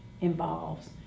involves